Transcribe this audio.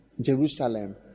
Jerusalem